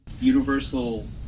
Universal